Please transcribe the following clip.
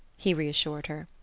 he reassured her.